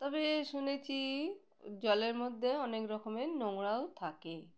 তবে শুনেছি জলের মধ্যে অনেক রকমের নোংরাও থাকে